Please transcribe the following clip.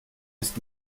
ist